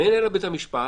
מגיעים אליו בית המשפט,